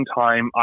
time